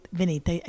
venite